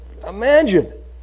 Imagine